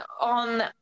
on